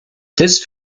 this